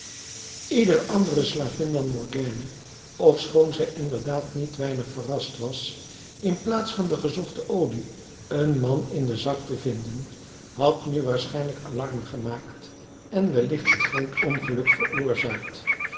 iedere andere slavin dan morgiane ofschoon zij inderdaad niet weinig verrast was inplaats van de gezochte olie een man in den zak te vinden had nu waarschijnlijk alarm gemaakt en wellicht een groot ongeluk veroorzaakt